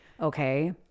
okay